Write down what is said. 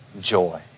joy